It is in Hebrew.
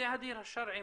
בתי הדין השרעיים